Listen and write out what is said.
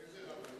איזו רבנות?